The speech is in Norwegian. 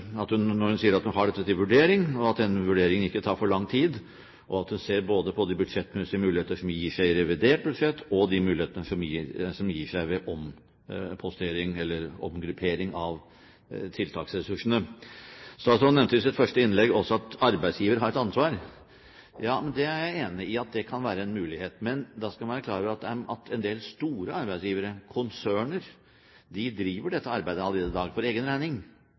hun har dette til vurdering, ikke å bruke for lang tid på denne vurderingen, og å se både på de budsjettmessige muligheter som gir seg i revidert budsjett, og på de mulighetene som gir seg ved ompostering – eller omgruppering – av tiltaksressursene. Statsråden nevnte i sitt første innlegg også at arbeidsgiver har et ansvar. Ja, jeg er enig i at det kan være en mulighet, men da skal man være klar over at en del store arbeidsgivere – konserner – driver dette arbeidet allerede i dag for egen regning